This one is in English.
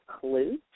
clue